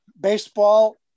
baseball